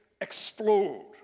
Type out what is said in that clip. explode